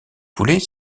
poulet